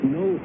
no